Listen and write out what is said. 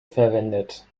verwendet